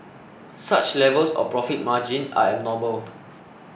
such levels of profit margin are abnormal